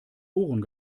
ohren